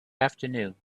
afternoon